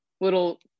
little